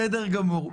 בסדר גמור.